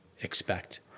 expect